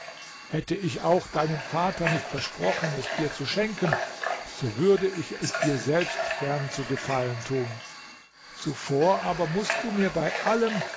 hätte ich auch deinem vater nicht versprochen es dir zu schenken so würde ich es dir selbst gern zu gefallen tun zuvor aber mußt du mir bei allem